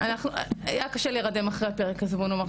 אני רוצה להזכיר לכולם שביום ה-25 לנובמבר 2021,